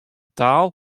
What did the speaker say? taal